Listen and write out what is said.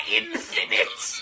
infinite